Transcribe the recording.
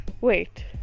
Wait